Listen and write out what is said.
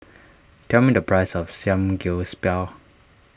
tell me the price of Samgyeopsal